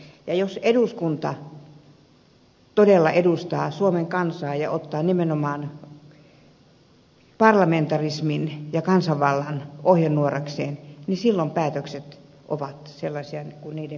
ja jos eduskunta todella edustaa suomen kansaa ja ottaa nimenomaan parlamentarismin ja kansanvallan ohjenuorakseen silloin päätökset ovat sellaisia kuin niiden pitää olla